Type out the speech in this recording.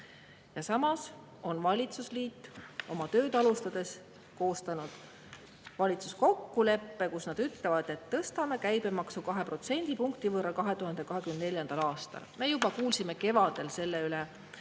Samas on valitsusliit oma tööd alustades koostanud valitsuskokkuleppe, kus nad ütlevad, et tõstavad käibemaksu 2 protsendipunkti 2024. aastal. Me juba kuulsime kevadel selle